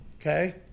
Okay